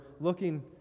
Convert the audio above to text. looking